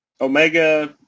Omega